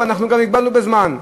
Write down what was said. ואנחנו גם הגבלנו בזמן.